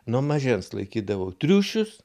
nuo mažens laikydavau triušius